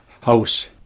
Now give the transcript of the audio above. house